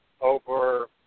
Over